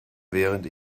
während